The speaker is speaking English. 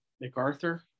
MacArthur